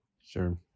Sure